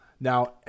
Now